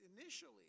initially